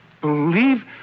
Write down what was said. believe